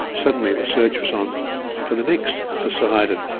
suddenly the search was on for the next poseidon.